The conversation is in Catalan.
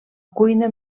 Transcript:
cuina